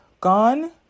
gone